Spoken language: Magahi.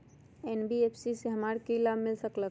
एन.बी.एफ.सी से हमार की की लाभ मिल सक?